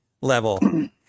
level